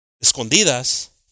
Escondidas